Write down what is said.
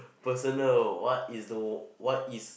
personal what is the what is